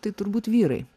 tai turbūt vyrai